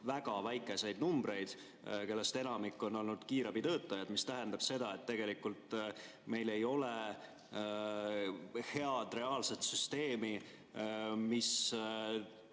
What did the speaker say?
väga väikeseid numbreid, ning et enamik on olnud kiirabitöötajad. See tähendab seda, et tegelikult meil ei ole head reaalset süsteemi, mis